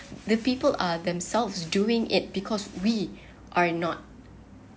the people are themselves doing it because we are not